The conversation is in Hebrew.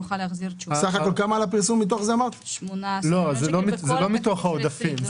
זה לא מתוך העודפים.